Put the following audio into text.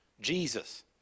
Jesus